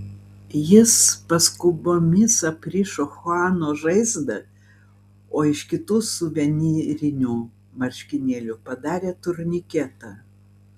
jis paskubomis aprišo chuano žaizdą o iš kitų suvenyrinių marškinėlių padarė turniketą